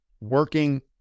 Working